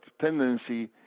tendency